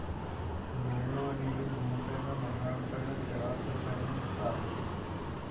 లోన్లు అనేవి భూమి పైన బంగారం పైన స్థిరాస్తులు పైన ఇస్తారు